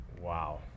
Wow